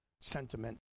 sentiment